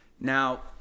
now